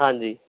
ਹਾਂਜੀ